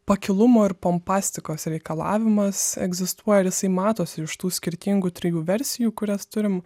pakilumo ir pompastikos reikalavimas egzistuoja ir jisai matosi iš tų skirtingų trijų versijų kurias turim